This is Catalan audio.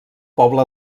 poble